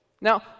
Now